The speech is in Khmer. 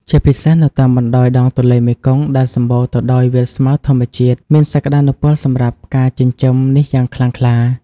ជាពិសេសនៅតាមបណ្ដោយដងទន្លេមេគង្គដែលសំបូរទៅដោយវាលស្មៅធម្មជាតិមានសក្តានុពលសម្រាប់ការចិញ្ចឹមនេះយ៉ាងខ្លាំងក្លា។